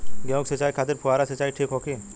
गेहूँ के सिंचाई खातिर फुहारा सिंचाई ठीक होखि?